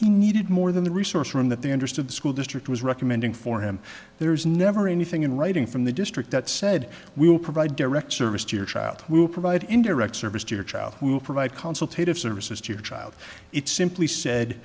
he needed more than the resource room that they understood the school district was recommending for him there is never anything in writing from the district that said we will provide direct service to your child that will provide indirect service to your child we will provide consul tape of services to your child it's simply said